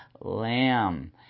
lamb